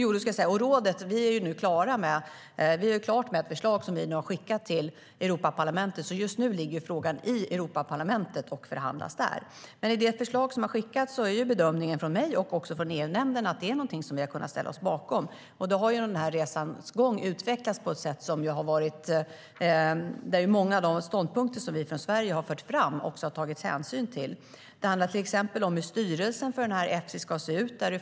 I rådet är vi klara med ett förslag som vi har skickat till Europaparlamentet, så just nu ligger frågan i Europaparlamentet och förhandlas där. Det handlar till exempel om hur styrelsen för Efsi ska se ut.